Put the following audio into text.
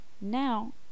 Now